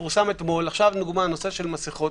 אתמול פורסם הנושא של העלאת הקנס בנושא מסכות.